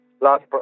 last